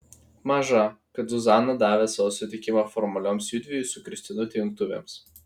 maža kad zuzana davė savo sutikimą formalioms judviejų su kristinute jungtuvėms